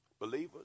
Believers